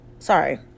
Sorry